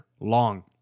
long